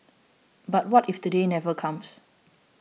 but what if that day never comes